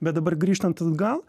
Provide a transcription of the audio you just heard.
bet dabar grįžtant atgal